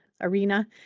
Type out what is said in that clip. arena